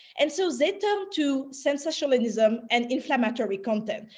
and so they turned to sensationalism and inflammatory content,